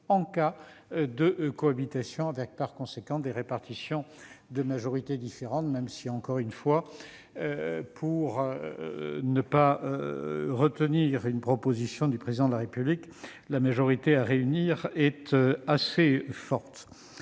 en cas de cohabitation, avec, par conséquent, des répartitions de majorité différentes, même si, encore une fois, pour ne pas retenir une proposition du Président de la République, la majorité à réunir est assez forte.